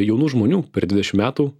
jaunų žmonių per dvidešimt metų